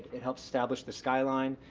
it helps establish the skyline,